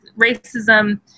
racism